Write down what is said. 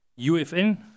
UFN